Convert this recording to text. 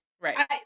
right